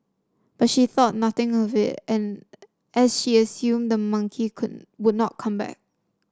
but she thought nothing of it and as she assumed the monkey could would not come back